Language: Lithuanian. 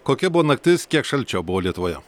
kokia buvo naktis kiek šalčio buvo lietuvoje